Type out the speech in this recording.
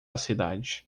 cidade